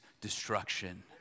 destruction